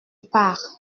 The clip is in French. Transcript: pars